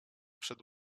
przed